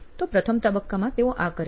તો પ્રથમ તબક્કામાં તેઓ આ કરે છે